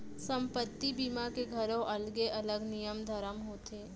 संपत्ति बीमा के घलौ अलगे अलग नियम धरम होथे